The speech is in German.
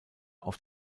auf